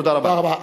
תודה רבה.